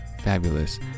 fabulous